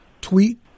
tweet